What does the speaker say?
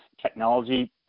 technology